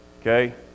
okay